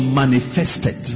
manifested